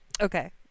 Okay